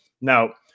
Now